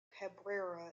cabrera